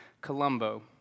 Colombo